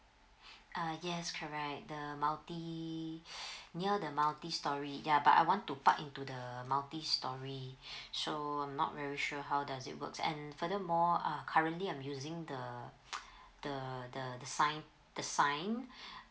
uh yes correct the multi near the multi storey ya but I want to park into the multi storey so I'm not very sure how does it works and further more uh currently I'm using the the the the sign the sign